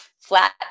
flat